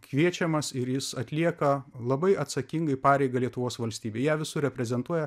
kviečiamas ir jis atlieka labai atsakingai pareigą lietuvos valstybei ją visur reprezentuoja